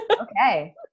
Okay